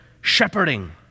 shepherding